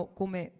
come